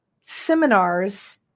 seminars